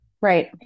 Right